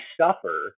suffer